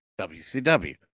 wcw